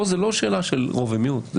אבל כאן זאת לא שאלה של רוב ומיעוט.